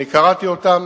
אני קראתי אותן,